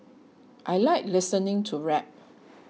I like listening to rap